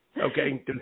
Okay